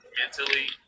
mentally